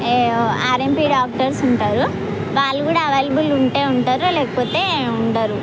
RMP doctors ఉంటారు వాళ్ళు కూడా అవైలబుల్ ఉంటే ఉంటారు లేకపోతే ఉండరు